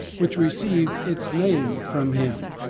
which received its name from him.